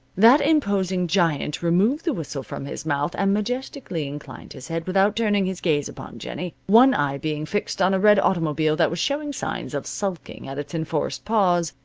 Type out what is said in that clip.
that imposing giant removed the whistle from his mouth, and majestically inclined his head without turning his gaze upon jennie, one eye being fixed on a red automobile that was showing signs of sulking at its enforced pause,